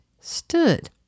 stood